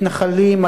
מתנחלים,